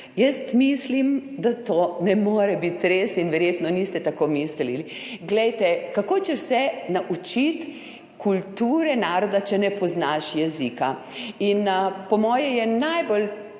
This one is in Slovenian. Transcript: Jaz mislim, da to ne more biti res, in verjetno niste tako mislili. Glejte, kako češ se naučiti kulture, naroda, če ne poznaš jezika. Po moje je najbolj